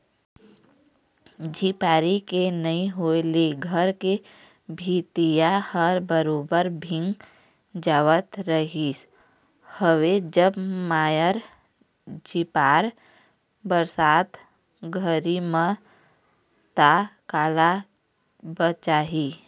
झिपारी के नइ होय ले घर के भीतिया ह बरोबर भींग जावत रिहिस हवय जब मारय झिपार बरसात घरी म ता काला बचही